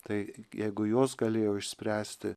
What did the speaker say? tai jeigu jos galėjo išspręsti